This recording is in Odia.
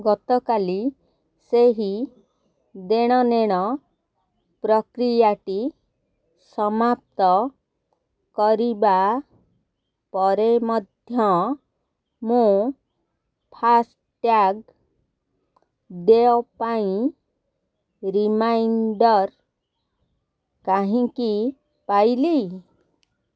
ଗତକାଲି ସେହି ଦେଣନେଣ ପ୍ରକ୍ରିୟାଟି ସମାପ୍ତ କରିବା ପରେ ମଧ୍ୟ ମୁଁ ଫାସ୍ଟ୍ୟାଗ୍ ଦେୟ ପାଇଁ ରିମାଇଣ୍ଡର୍ କାହିଁକି ପାଇଲି